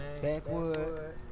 Backwood